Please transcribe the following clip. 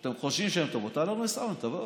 שאתם חושבים שהן טובות, אהלן וסהלן, תבואו.